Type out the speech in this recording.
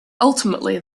ultimately